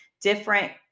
different